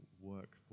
work